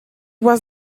was